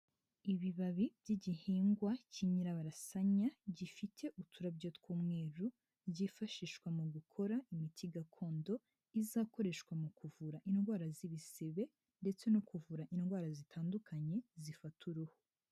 Ibibabi by'igihingwa k'inyirabarasanya, gifite uturarabyo tw'umweru, byifashishwa mu gukora imiti gakondo, izakoreshwa mu kuvura indwara z'ibisebe, ndetse no kuvura indwara zitandukanye, zifata uruhu.